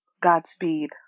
Godspeed